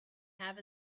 have